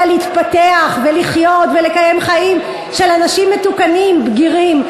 אלא להתפתח ולחיות ולקיים חיים של אנשים מתוקנים בגירים.